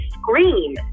scream